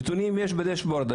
נתונים יש בדשבורד.